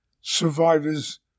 survivors